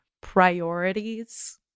priorities